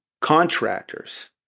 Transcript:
contractors